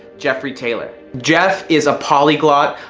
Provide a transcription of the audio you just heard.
jeffrey tayler. jeff is a polyglot,